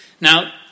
Now